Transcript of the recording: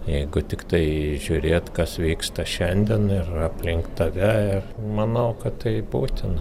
jeigu tiktai žiūrėt kas vyksta šiandien ir aplink tave manau kad tai būtina